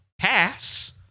pass